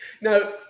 Now –